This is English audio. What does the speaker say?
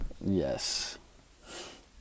Yes